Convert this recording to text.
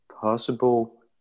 possible